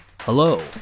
Hello